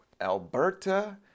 Alberta